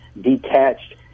detached